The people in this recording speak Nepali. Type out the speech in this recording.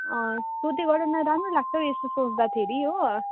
अँ सोध्दै गर न राम्रो लाग्छ हौ यस्तो सोध्दाखेरि हो